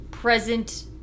Present